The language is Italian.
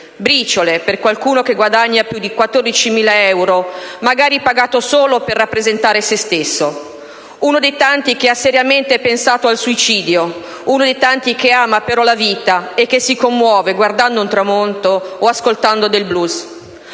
Briciole per qualcuno che guadagna 14.000 euro, magari pagato solo per rappresentare se stesso. Uno dei tanti che ha seriamente pensato al suicidio. Uno dei tanti che però ama la vita e che si commuove guardando un tramonto o ascoltando del *blues*.